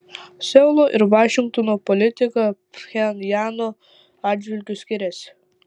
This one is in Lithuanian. seulo ir vašingtono politika pchenjano atžvilgiu skiriasi